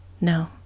no